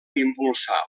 impulsar